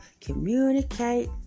communicate